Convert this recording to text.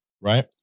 right